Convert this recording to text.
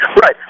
Right